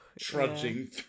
Trudging